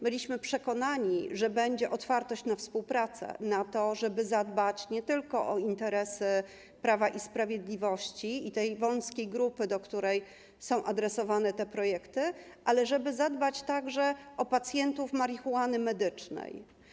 Byliśmy przekonani, że będzie otwartość na współpracę, na to, żeby zadbać nie tylko o interesy Prawa i Sprawiedliwości i tej wąskiej grupy, do której są adresowane te projekty, ale żeby zadbać także o pacjentów marihuany medycznej.